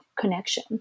connection